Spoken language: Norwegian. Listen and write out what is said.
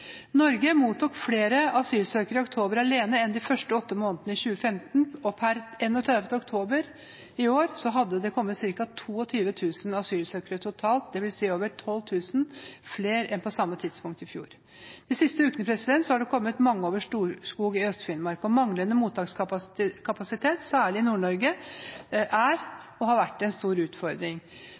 Norge mottok flere asylsøkere i oktober alene enn i de første åtte månedene i 2015, og per 31. oktober i år hadde det kommet ca. 22 000 asylsøkere totalt, dvs. over 12 000 flere enn på samme tidspunkt i fjor. De siste ukene har det kommet mange over Storskog i Øst-Finnmark, og manglende mottakskapasitet – særlig i Nord-Norge – er og har vært en stor utfordring.